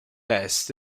est